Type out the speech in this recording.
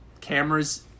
cameras